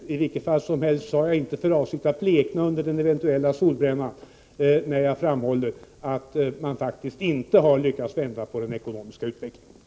I vilket fall som helst har jag inte för avsikt att blekna under en eventuell solbränna, när jag framhåller att man faktiskt inte har lyckats vända på den ekonomiska utvecklingen.